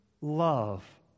love